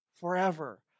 forever